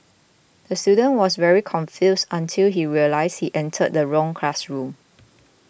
the student was very confused until he realised he entered the wrong classroom